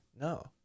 No